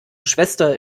schwester